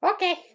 Okay